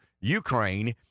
Ukraine